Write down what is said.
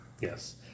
yes